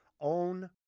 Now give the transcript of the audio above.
own